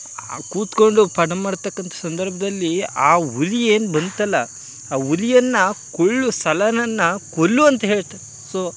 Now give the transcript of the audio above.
ಕೂತುಕೊಂಡು ಪಾಠ ಮಾಡ್ತಕ್ಕಂತ ಸಂದರ್ಭದಲ್ಲಿ ಆ ಹುಲಿ ಏನು ಬಂತಲ್ಲ ಆ ಹುಲಿಯನ್ನ ಕೊಲ್ಲು ಸಳನನ್ನು ಕೊಲ್ಲು ಅಂತ್ಹೇಳ್ತ ಸೊ